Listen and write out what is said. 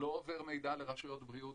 לא עובר מידע לרשויות הבריאות,